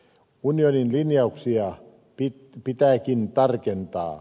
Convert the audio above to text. unionin linjauksia pitääkin tarkentaa